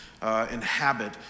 inhabit